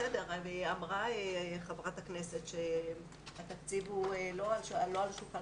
אמרה חברת הכנסת שהתקציב הוא לא על השולחן